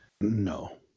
No